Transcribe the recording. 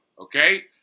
Okay